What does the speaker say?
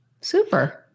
Super